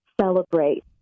celebrate